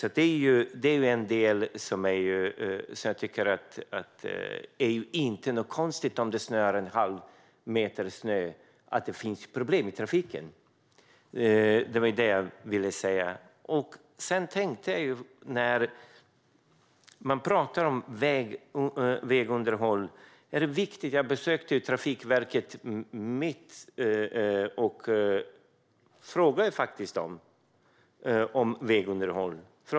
Om det snöar en halv meter snö är det inte något konstigt att det finns problem i trafiken. Det är vad jag ville säga. Man talar om att vägunderhåll är viktigt. Jag besökte Trafikverkets Region mitt och frågade om vägunderhåll.